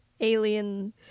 alien